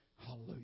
Hallelujah